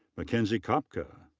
mckenzie kopka.